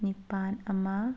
ꯅꯤꯄꯥꯜ ꯑꯃ